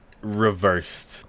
reversed